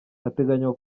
hateganywa